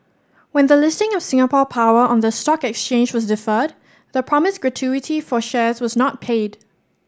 when the listing of Singapore Power on the stock exchange was deferred the promised gratuity for shares was not paid